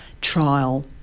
trial